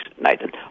Nathan